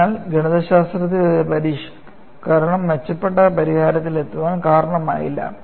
അതിനാൽ ഗണിതശാസ്ത്രത്തിലെ ഒരു പരിഷ്ക്കരണം മെച്ചപ്പെട്ട പരിഹാരത്തിലെത്താൻ കാരണമായില്ല